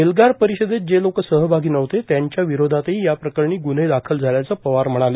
एल्गार परिषदेत जे लोक सहभागी नव्हते त्यांच्या विरोधातही या प्रकरणी गुन्हे दाखल झाल्याचं पवार म्हणाले